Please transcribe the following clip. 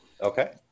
Okay